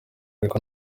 ariko